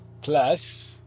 plus